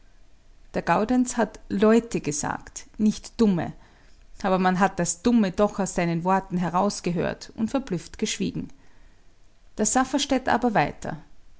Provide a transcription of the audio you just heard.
der gaudenz hat leute gesagt nicht dumme aber man hat das dumme doch aus seinen worten herausgehört und verblüfft geschwiegen der safferstätt aber weiter